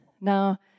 Now